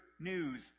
news